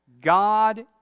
God